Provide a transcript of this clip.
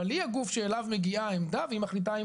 אבל היא הגוף שאליו מגיעה העמדה והיא זו שמחליטה אם